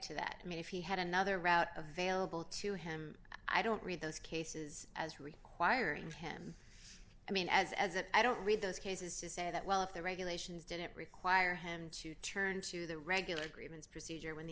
to that i mean if he had another route available to him i don't read those cases as requiring him i mean as as a i don't read those cases to say that well if the regulations didn't require him to turn to the regular agreements procedure when the